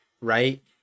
right